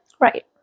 Right